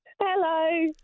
Hello